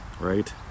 right